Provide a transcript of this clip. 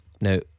Now